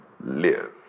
live